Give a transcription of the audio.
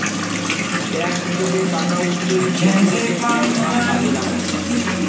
tax থেকে টাকা উঠিয়ে সেগুলাকে সরকার কাজে লাগায়